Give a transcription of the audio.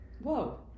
whoa